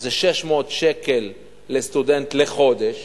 זה 600 שקל לסטודנט לחודש